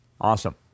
Awesome